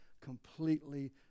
completely